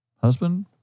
Husband